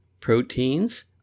Proteins